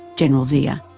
general zia.